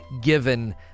given